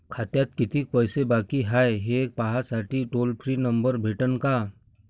खात्यात कितीकं पैसे बाकी हाय, हे पाहासाठी टोल फ्री नंबर भेटन का?